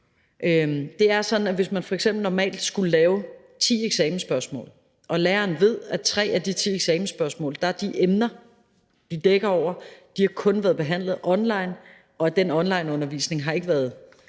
Det er sådan, at hvis man f.eks. normalt skulle lave ti eksamensspørgsmål og læreren ved, at i tre af de ti eksamensspørgsmål har de emner, de dækker, kun været behandlet online, og at den onlineundervisning ikke har